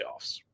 playoffs